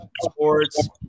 sports